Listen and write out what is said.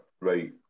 Right